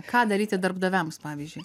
ką daryti darbdaviams pavyzdžiui